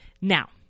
Now